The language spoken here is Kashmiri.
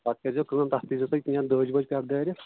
پَتہٕ کٔرۍ زیو کٲم تَتھ دی زیو تُہۍ کینٛہہ دٔج ؤج پٮ۪ٹھٕ دٲرِتھ